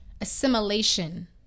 assimilation